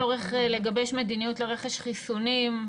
אני פותחת את דיון הוועדה בנושא הצורך לגבש מדיניות לרכש חיסונים,